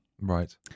Right